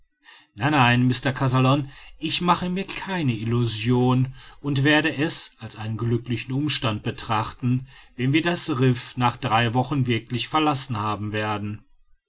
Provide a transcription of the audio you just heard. nein nein mr kazallon ich mache mir keine illusion und werde es als einen glücklichen umstand betrachten wenn wir das riff nach drei wochen wirklich verlassen haben werden